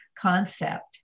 concept